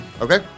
Okay